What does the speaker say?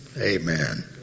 Amen